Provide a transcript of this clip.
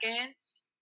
seconds